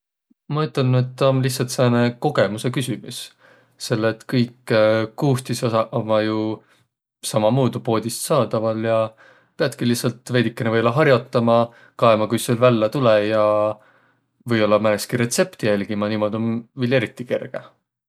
Ma ütelnüq, et taa om lihtsält sääne kogõmusõ küsümüs, selle et kõik koostisosaq ommaq jo sammamuudu poodist saadaval ja piätki lihtsält veidükene või-ollaq har'otama, kaema, kuis sul vällä tulõ ja või-ollaq määnestki retsepti jälgimä, niimoodu om viil eriti kerge.